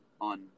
on